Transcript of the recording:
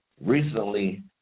recently